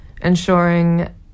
ensuring